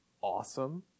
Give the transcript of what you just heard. awesome